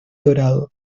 dorado